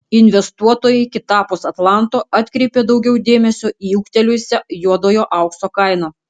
investuotojai kitapus atlanto atkreipė daugiau dėmesio į ūgtelėjusią juodojo aukso kainą